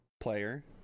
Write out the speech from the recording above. player